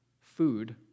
food